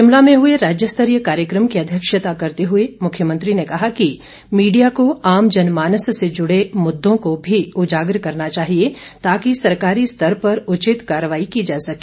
शिमला में हुए राज्यस्तरीय कार्यक्रम की अध्यक्षता करते हुए मुख्यमंत्री ने कहा कि मीडिया को आम जनमानस से जुड़े मुद्दों को भी उजागर करना चाहिए ताकि सरकारी स्तर पर उचित कार्रवाई की जा सके